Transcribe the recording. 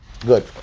Good